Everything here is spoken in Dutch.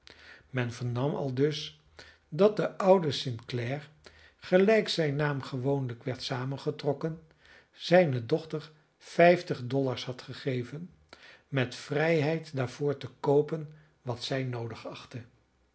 men vernam aldus dat de oude sinclare gelijk zijn naam gewoonlijk werd samengetrokken zijne dochter vijftig dollars had gegeven met vrijheid daarvoor te koopen wat zij noodig achtte